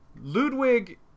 ludwig